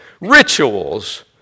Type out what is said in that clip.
Rituals